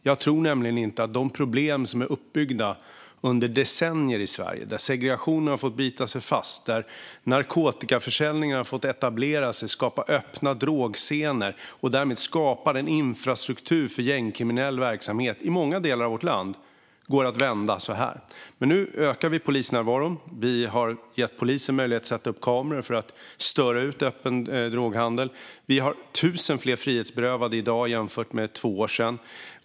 Jag tror nämligen inte att de problem som är uppbyggda under decennier i Sverige, där segregationen har fått bita sig fast och där narkotikaförsäljningen har fått etableras så att öppna drogscener har skapats, vilket därmed har kunnat skapa en infrastruktur för gängkriminell verksamhet i många delar av vårt land, går att vända genom en fingerknäppning. Nu ökar vi dock polisnärvaron. Vi har gett polisen möjlighet att sätta upp kameror för att störa ut öppen droghandel. Vi har tusen fler frihetsberövade jämfört med för två år sedan.